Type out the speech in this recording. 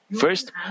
First